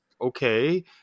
okay